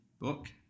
book